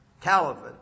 caliphate